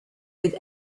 with